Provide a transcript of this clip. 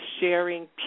sharing